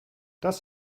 das